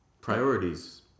Priorities